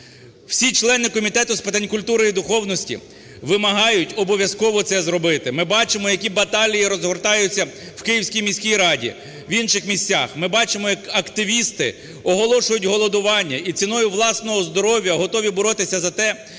Всі члени Комітету з питань культури і духовності вимагають обов'язково це зробити. Ми бачимо, які баталії розгортаються в Київській міській раді, в інших місцях. Ми бачимо, як активісти оголошують голодування і ціною власного здоров'я готові боротися за те,